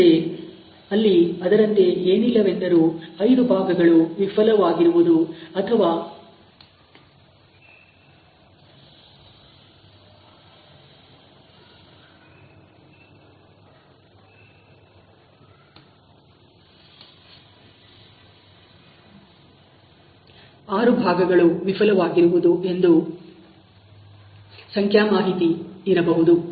ಅಲ್ಲದೆ ಅಲ್ಲಿ ಅದರಂತೆ ಏನಿಲ್ಲವೆಂದರೂ 5 ಭಾಗಗಳು ವಿಫಲವಾಗಿರುವುದು ಅಥವಾ 6 ಭಾಗಗಳು ವಿಫಲವಾಗಿರುವುದು ಎಂದು ಸಂಖ್ಯಾ ಮಾಹಿತಿ ಇರಬಹುದು